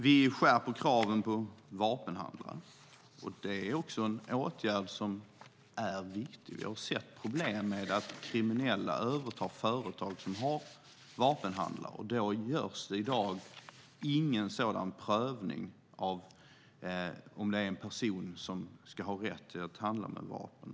Vi skärper kraven på vapenhandlare. Det är också en åtgärd som är viktig. Vi har sett problem med att kriminella övertar företag som bedriver vapenhandel, och i dag görs det inte en prövning av om det är en person som ska ha rätt att handla med vapen.